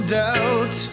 doubt